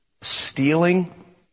stealing